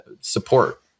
support